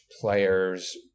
players